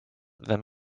wenn